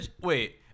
wait